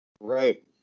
Right